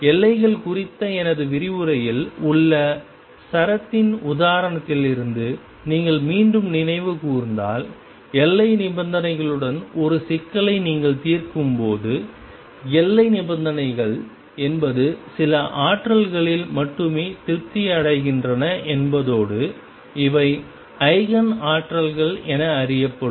எல்லைகள் குறித்த எனது விரிவுரையில் உள்ள சரத்தின் உதாரணத்திலிருந்து நீங்கள் மீண்டும் நினைவு கூர்ந்தால் எல்லை நிபந்தனைகளுடன் ஒரு சிக்கலை நீங்கள் தீர்க்கும்போது எல்லை நிபந்தனைகள் என்பது சில ஆற்றல்களில் மட்டுமே திருப்தி அடைகின்றன என்பதோடு இவை ஈஜென் ஆற்றல்கள் என அறியப்படும்